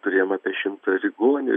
turėjom apie šimtą ligonių